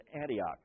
Antioch